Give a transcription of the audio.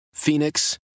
Phoenix